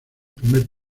primer